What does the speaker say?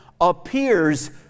appears